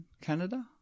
Canada